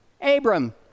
Abram